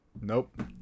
Nope